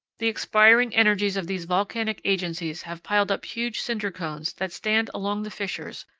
the expiring energies of these volcanic agencies have piled up huge cinder cones that stand along the fissures,